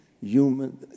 human